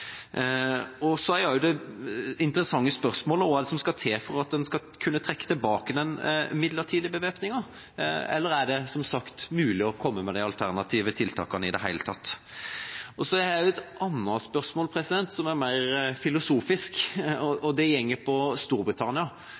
Det interessante spørsmålet er hva som skal til for at en skal kunne trekke tilbake den midlertidige bevæpningen. Eller er det – som sagt – mulig å komme med de alternative tiltakene i det hele tatt? Jeg har et annet spørsmål som er mer filosofisk, og det handler om Storbritannia. Hva er det som er årsaken til at Norge velger midlertidig bevæpning når Storbritannia